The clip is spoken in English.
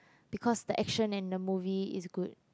because the action and the movie is good